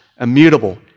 immutable